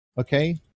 okay